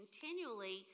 continually